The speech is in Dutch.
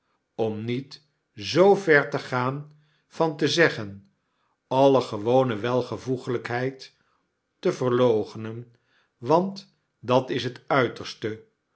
om niet zoo ver te gaan van te ze ggen alle gewone welvoeglykheid te verloochenen want dat is het uiterste